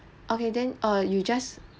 okay then err you just